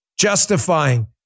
justifying